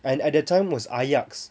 and at that time was Ayax